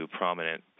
prominent